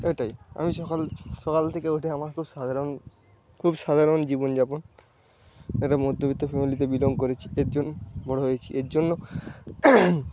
এটাই আমি সকাল সকাল থেকে উঠে আমার খুব সাধারণ খুব সাধারণ জীবনযাপন একটা মধ্যবিত্ত ফ্যামেলিতে বিলং করেছি এরজন্য বড়ো হয়েছি এরজন্য